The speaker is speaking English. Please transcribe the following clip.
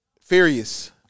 Furious